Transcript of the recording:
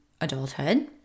adulthood